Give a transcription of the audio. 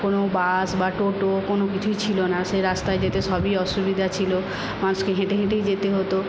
কোনো বাস বা টোটো কোন কিছুই ছিল না সেই রাস্তায় যেতে সবই অসুবিধা ছিল মানুষকে হেঁটে হেঁটেই যেতে হত